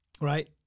Right